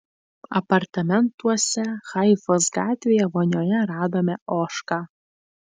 apartamentuose haifos gatvėje vonioje radome ožką